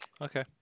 Okay